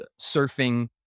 surfing